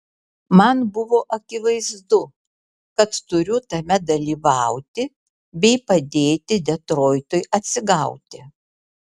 man buvo akivaizdu kad turiu tame dalyvauti bei padėti detroitui atsigauti